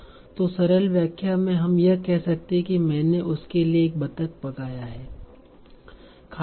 तो सरल व्याख्या में हम यह कह सकते है मैंने उसके लिए एक बतख पकाया है